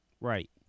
Right